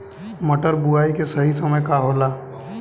मटर बुआई के सही समय का होला?